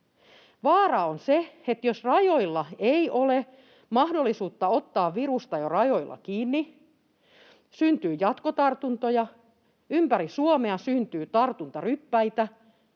Vaara on se, että jos ei ole mahdollisuutta ottaa virusta jo rajoilla kiinni, syntyy jatkotartuntoja, ympäri Suomea syntyy tartuntaryppäitä,